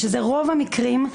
שזה רוב המקרים,